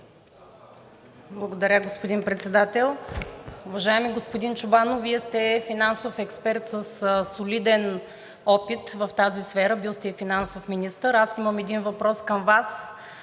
Благодаря, господин Председател. Уважаеми господин Чобанов, Вие сте финансов експерт със солиден опит в тази сфера – били сте и финансов министър. Аз имам един въпрос към Вас.